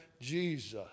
Jesus